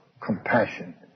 compassion